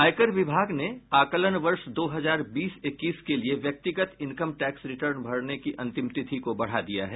आयकर विभाग ने आकलन वर्ष दो हजार बीस इक्कीस के लिये व्यक्तिगत इनकम टैक्स रिटर्न भरने की अंतिम तिथि को बढ़ा दिया है